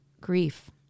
grief